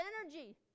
energy